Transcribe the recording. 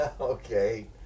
okay